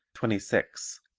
twenty six.